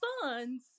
sons